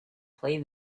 played